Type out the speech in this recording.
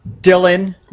Dylan